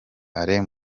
alain